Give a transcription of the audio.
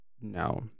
No